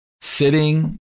sitting